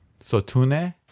Sotune